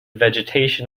vegetation